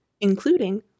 including